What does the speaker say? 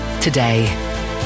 today